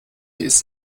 ist